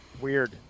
weird